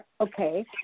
Okay